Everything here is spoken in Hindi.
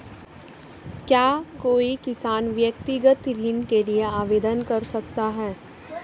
क्या कोई किसान व्यक्तिगत ऋण के लिए आवेदन कर सकता है?